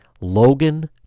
Logan